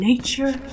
Nature